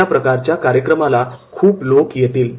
अशा प्रकारच्या कार्यक्रमाला खूप लोक येतील